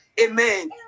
Amen